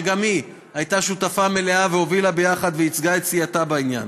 שגם היא הייתה שותפה מלאה והובילה יחד וייצגה את סיעתה בעניין.